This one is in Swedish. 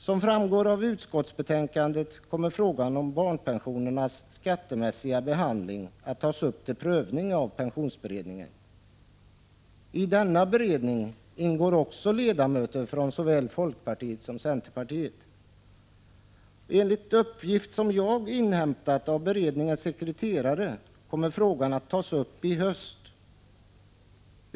Som framgår av utskottsbetänkandet kommer frågan om barnpensionens skattemässiga behandling att tas upp till prövning av pensionsberedningen. I denna beredning ingår också ledamöter från såväl folkpartiet som centerpartiet. Enligt uppgift, som jag har inhämtat av beredningens sekreterare, kommer frågan att tas upp i höst.